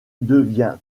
devient